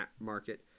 market